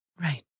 Right